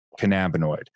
cannabinoid